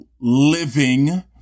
living